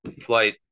Flight